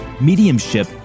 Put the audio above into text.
mediumship